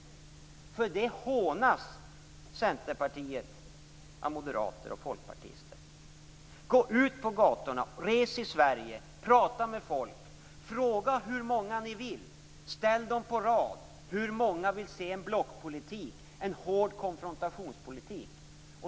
För detta hånas Centerpartiet av moderater och folkpartister. Gå ut på gatorna, res i Sverige, prata med folk, fråga hur många som helst om de vill se en blockpolitik, en hård konfrontationspolitik!